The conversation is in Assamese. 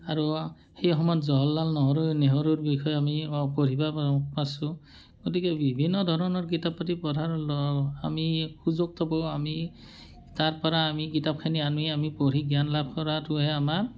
আৰু সেই সময়ত জৱাহৰ লাল নহৰু নেহৰুৰ বিষয়ে আমি অ পঢ়িব প পাৰিছোঁ গতিকে বিভিন্ন ধৰণৰ কিতাপ পাতি পঢ়াৰ ল আমি সুযোগ থবও আমি তাৰপৰা আমি কিতাপখিনি আনি আমি পঢ়ি জ্ঞান লাভ কৰাটোহে আমাৰ